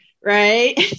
Right